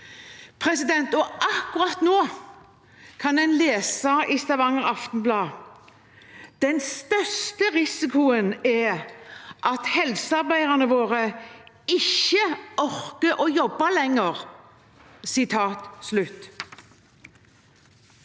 Akkurat nå kan en lese i Stavanger Aftenblad at «den største risikoen er at helsefolkene våre ikke orker å jobbe der